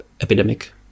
epidemic